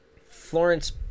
Florence